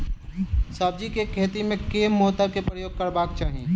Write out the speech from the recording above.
सब्जी केँ खेती मे केँ मोटर केँ प्रयोग करबाक चाहि?